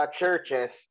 churches